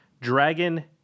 Dragon